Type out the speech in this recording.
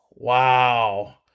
wow